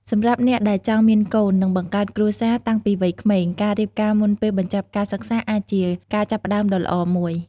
សម្រាប់អ្នកដែលចង់មានកូន និងបង្កើតគ្រួសារតាំងពីវ័យក្មេង ការរៀបការមុនពេលបញ្ចប់ការសិក្សាអាចជាការចាប់ផ្តើមដ៏ល្អមួយ។